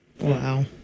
Wow